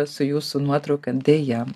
su jūsų nuotrauka deja